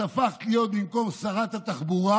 את הפכת להיות במקום שרת התחבורה,